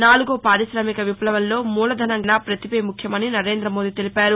నాలుగో పారిశామిక విప్లవంలో మూలధనం కన్నా పతిభే ముఖ్యమని నరేందమోదీ తెలిపారు